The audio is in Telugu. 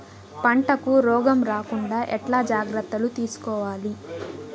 పంటకు రోగం రాకుండా ఎట్లా జాగ్రత్తలు తీసుకోవాలి?